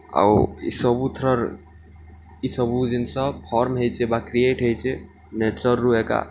ଆଉ ଇସବୁଥିରର୍ ଇସବୁ ଜିନିଷ ଫର୍ମ୍ ହେଇଛେ ବା କ୍ରିଏ ଟ୍ ହେଇଛେ ନେଚର୍ରୁ ଏକା